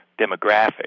demographic